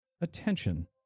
attention